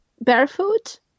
barefoot